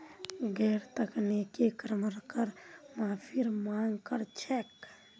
गैर तकनीकी कर्मी कर माफीर मांग कर छेक